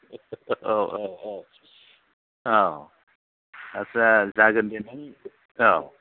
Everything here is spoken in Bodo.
औ औ औ औ आच्चा जागोन दे नों औ